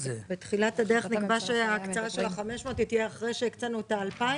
בתחילת הדרך נקבע שההקצאה של ה-500 תהיה אחרי שהקצינו את ה-2,000.